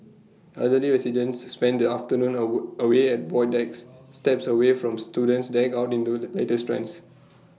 elderly residents spend their afternoon A wood away at void decks steps away from students decked out in do the latest trends